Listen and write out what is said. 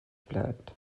bleibt